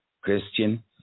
Christian